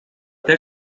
tel